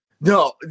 No